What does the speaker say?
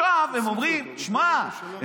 עכשיו הם אומרים: תשמע,